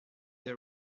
they